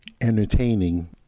entertaining